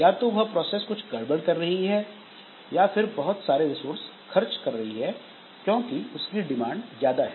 या तो वह प्रोसेस कुछ गड़बड़ कर रही है या बहुत सारे रिसोर्स खर्च कर रही है क्योंकि उसकी डिमांड ज्यादा है